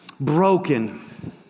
Broken